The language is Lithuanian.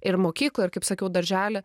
ir mokykloj ir kaip sakiau daržely